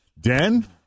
Den